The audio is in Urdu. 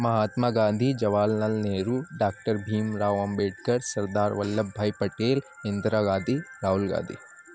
Mahatma Gandhi Jawahar Lal Nehru doctor Bhim Rao Ambedkar Sardar Vallabhbhai Patel Indira Gandhi Rahul Gandhi